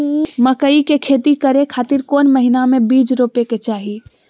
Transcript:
मकई के खेती करें खातिर कौन महीना में बीज रोपे के चाही?